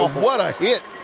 what a hit.